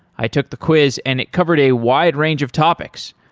i took the quiz and it covered a wide range of topics,